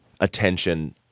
attention